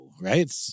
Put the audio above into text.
Right